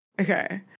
Okay